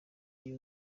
itari